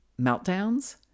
meltdowns